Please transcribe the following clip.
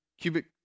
cubic